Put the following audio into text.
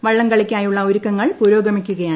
വള്ളംകളിക്കായുള്ള ഒരുക്കങ്ങൾ പുരോഗമിക്കുകയാണ്